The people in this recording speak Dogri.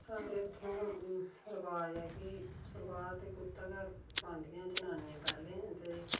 साढ़ै इत्थे रवाज ऐ कि सलवार ते कुर्ता गै पांदियां जनानियां पैह्लें ते